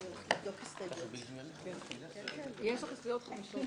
הישיבה ננעלה